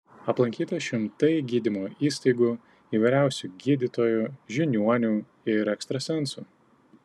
aplankyta šimtai gydymo įstaigų įvairiausių gydytojų žiniuonių ir ekstrasensų